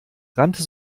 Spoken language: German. rannte